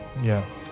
Yes